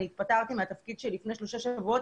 התפטרתי מתפקידי לפני שלושה שבועות,